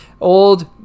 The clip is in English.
old